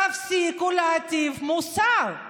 תפסיקו להטיף מוסר.